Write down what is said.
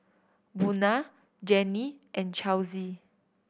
Buna Jannie and Chelsey